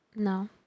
No